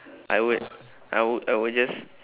I would I would I would just